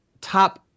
top